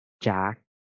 Jack